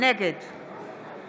נגד